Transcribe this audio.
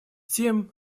тем